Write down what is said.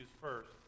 first